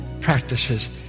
practices